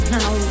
Now